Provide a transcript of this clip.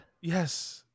Yes